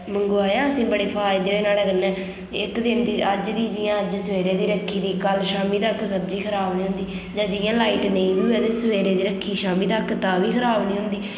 मंगवाया असें बड़े फायदे होए नुहाड़े कन्नै इक ते इं'दी अज्ज दी जियां सबेरे दी रक्खी दी कल शामी तकर सब्जी ख़राब नेईं होंदी जां जि'यां लाइट नेईं बी होऐ ते सबेरे दी रक्खी दी शामी तक तां बी ख़राब नी होंदी